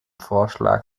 vorschlag